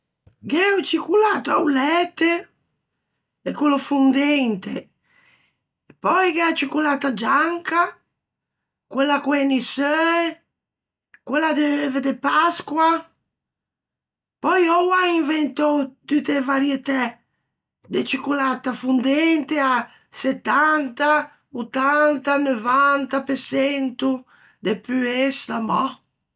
Gh'é o cicclato a-o læte e quello fondente, pöi gh'é a cicolata gianca, quella co-e nisseue, quella de euve de Pasqua; pöi oua an inventou tutte e varietæ de cicolata fondente à settanta, ottanta, neuvanta pe çento de puessa. Mah.